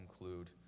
include